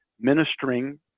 ministering